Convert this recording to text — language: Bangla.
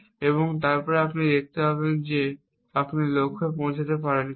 এবং তারপরে আপনি দেখতে পাবেন যে আপনি লক্ষ্যে পৌঁছাতে পারেন কি না